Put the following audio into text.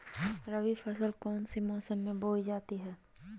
रबी फसल कौन मौसम में बोई जाती है?